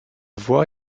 voie